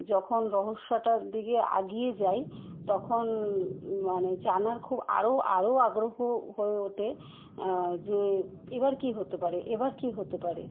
যখন রহস্যটার দিকে এগিয়ে যাই তখন মানে জানার খুব আরও আরও আগ্রহ হয়ে ওঠে যে এবার কী হতে পারে এবার কী হতে পারে